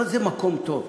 אבל זה מקום טוב.